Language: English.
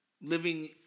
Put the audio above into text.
living